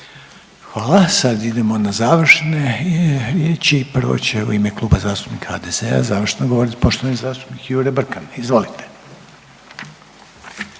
Hvala. Sad idemo na završne riječi i prvo će u ime Kluba zastupnika HDZ-a završno govorit poštovani zastupnik Jure Brkan. Izvolite.